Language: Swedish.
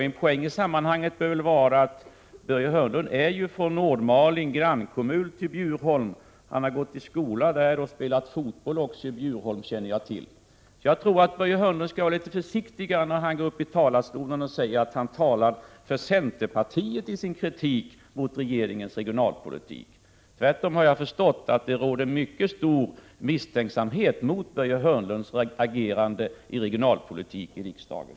En poäng i sammanhanget bör vara att Börje Hörnlund ju är från Nordmaling, grannkommun till Bjurholm. Han har gått i skola där och även spelat fotboll där. Jag tycker att Börje Hörnlund skall vara litet försiktigare, när han i talarstolen påstår att han i sin kritik av regeringens regionalpolitik talar för centerpartiet. Tvärtom har jag förstått att det råder mycket stor misstänksamhet mot Börje Hörnlunds agerande i riksdagen när det gäller regionalpolitiken.